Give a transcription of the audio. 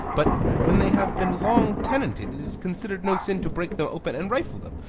but when they have been long tenanted it is considered no sin to break them open and rifle them,